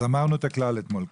אז אמרנו את הכלל אתמול,